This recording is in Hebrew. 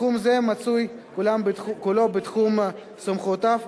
תחום זה מצוי כולו בתחום סמכויותיו